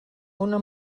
una